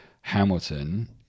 Hamilton